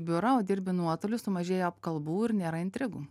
biurą o dirbi nuotoliu sumažėja apkalbų ir nėra intrigų